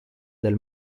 del